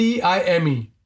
TIME